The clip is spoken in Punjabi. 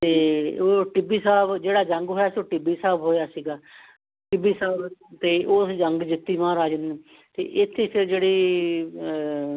ਅਤੇ ਉਹ ਟਿੱਬੀ ਸਾਹਿਬ ਜਿਹੜਾ ਜੰਗ ਹੋਇਆ ਉਹ ਟਿੱਬੀ ਸਾਹਿਬ ਹੋਇਆ ਸੀਗਾ ਟਿੱਬੀ ਸਾਹਿਬ ਅਤੇ ਉਸ ਜੰਗ ਜਿੱਤੀ ਮਹਾਰਾਜਾ ਅਤੇ ਇੱਥੇ ਫਿਰ ਜਿਹੜੇ